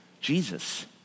Jesus